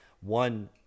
one